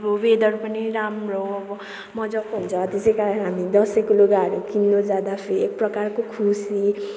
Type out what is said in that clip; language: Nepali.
त्यो वेदर पनि राम्रो अब मजाको हुन्छ त्यसै कारण हामी दसैँको लुगाहरू किन्नु जाँदाखेरि एक प्रकारको खुसी